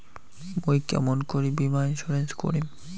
মুই কেমন করি বীমা ইন্সুরেন্স করিম?